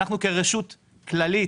אנחנו כרשות כללית